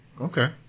Okay